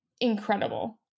incredible